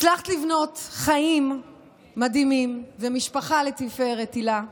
הצלחת לבנות חיים מדהימים ומשפחה לתפארת, הילה,